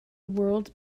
world